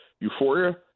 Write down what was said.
Euphoria